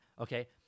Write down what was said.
okay